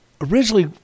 originally